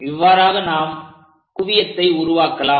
இவ்வாறாக நாம் குவியத்தை உருவாக்கலாம்